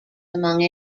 among